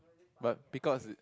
but peacocks